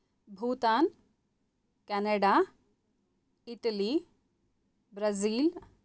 Bhutan Canada Italy Brazil